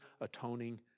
atoning